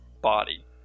body